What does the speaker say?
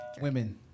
Women